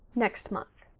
next month.